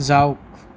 যাওক